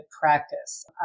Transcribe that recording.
practice